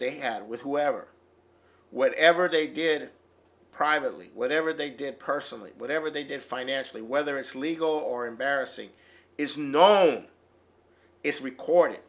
they had with whoever whatever they did privately whatever they did personally whatever they did financially whether it's legal or embarrassing is no it's recorded